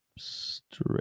straight